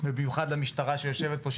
ובמיוחד למשטרה שיושבת פה,